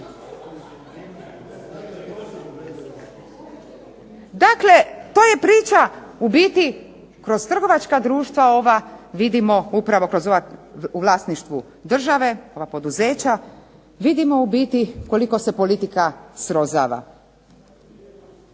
Dakle, to je priča u biti kroz trgovačka društva ova vidimo upravo u vlasništvu države ova poduzeća vidimo u biti koliko se politika srozava.